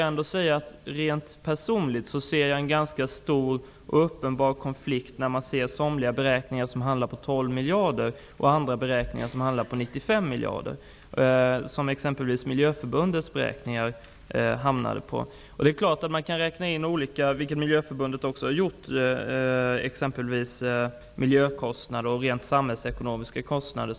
Men rent personligt ser jag en ganska stor och uppenbar konflikt mellan somliga beräkningar som hamnar på 12 miljarder kronor och andra som hamnar på 95 miljarder kronor, en summa som exempelvis Miljöförbundet har gjort kan man inkludera exempelvis miljökostnader och rent samhällsekonomiska kostnader.